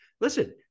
listen